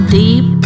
deep